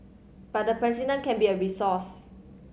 but the President can be a resource